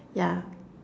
yeah